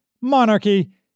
monarchy